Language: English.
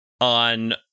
on